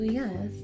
yes